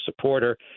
supporter